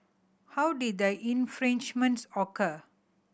how did the infringements occur